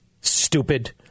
stupid